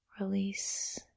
release